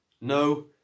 no